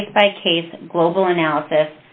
case by case global analysis